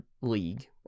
league